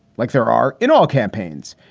like there are in all campaigns.